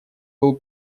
был